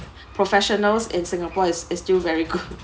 professionals in singapore is is still very good